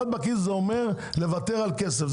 יד בכיס זה אומר לוותר על כסף,